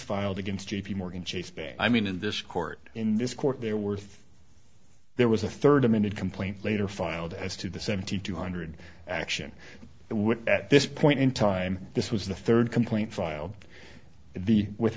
filed against j p morgan chase bank i mean in this court in this court there were there was a third amended complaint later filed as to the seventy two hundred action at this point in time this was the third complaint filed be with